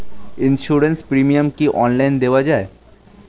Insurance premium কি online দেওয়া যায়?